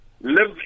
live